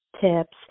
tips